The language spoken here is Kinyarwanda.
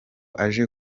aje